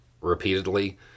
repeatedly